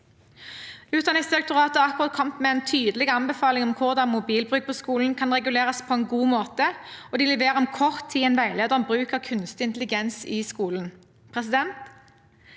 Utdanningsdirektoratet har akkurat kommet med en tydelig anbefaling om hvordan mobilbruk på skolen kan reguleres på en god måte, og de leverer om kort tid en veileder om bruk av kunstig intelligens i skolen. Elevene